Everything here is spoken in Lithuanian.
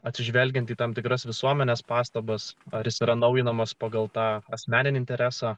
atsižvelgiant į tam tikras visuomenės pastabas ar jis yra naujinamas pagal tą asmeninį interesą